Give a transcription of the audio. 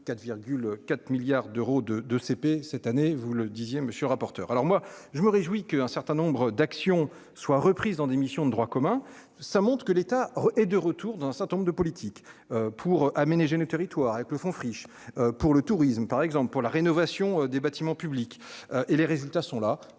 4,4 milliards d'euros de de CP cette année, vous le disiez monsieur rapporteur alors moi je me réjouis que un certain nombre d'actions soient reprises dans des missions de droit commun, ça monte, que l'État est de retour d'un certain nombre de politiques pour aménager du territoire avec le Fonds friche pour le tourisme, par exemple pour la rénovation des bâtiments publics et les résultats sont là,